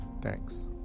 thanks